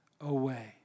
away